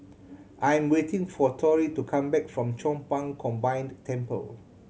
I'm waiting for Torrie to come back from Chong Pang Combined Temple